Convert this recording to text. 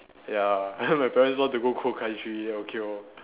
ya my parents want to go cold country okay lor